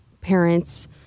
parents